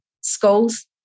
schools